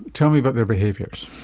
tell me about their behaviours.